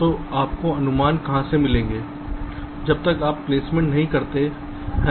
तो आपको अनुमान कहां से मिलेगा जब तक आप प्लेसमेंट नहीं करते हैं